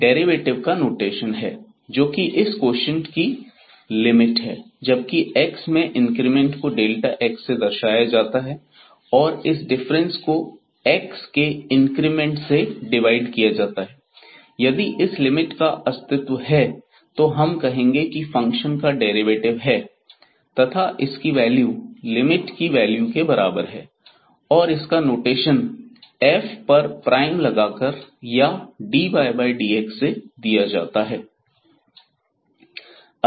derivative का notation है जोकि इस कोशिएंट की लिमिट है जबकि x में इंक्रीमेंट को x से दर्शाया जाता है और इस डिफरेंस को x के इंक्रीमेंट से डिवाइड किया जाता है अतः यदि इस लिमिट का अस्तित्व है तो हम कहेंगे की फंक्शन का डेरिवेटिव है तथा इसकी वैल्यू लिमिट की वैल्यू के बराबर है और इसका नोटेशन f पर प्राइम लगाकर या dydx से दिया जाता है